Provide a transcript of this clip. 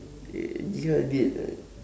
eh ya a bit like